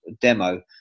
demo